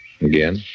Again